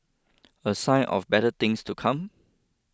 a sign of better things to come